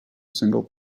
single